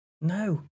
No